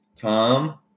Tom